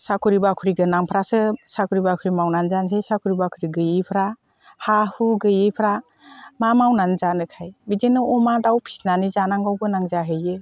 साखरि बाखरि गोनांफोरासो साखरि बाखरि मावनानै जानोसै साखरि बाखरि गैयिफ्रा हा हु गैयिफ्रा मा मावनानै जानोखाय बिदिनो अमा दाउ फिसिनानै जानांगौ गोनां जाहैयो